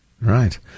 Right